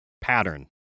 pattern